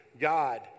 God